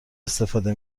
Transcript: استفاده